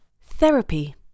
Therapy